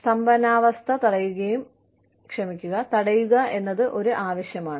സ്തംഭനാവസ്ഥ തടയുക എന്നത് ഒരു ആവശ്യമാണ്